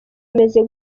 imeze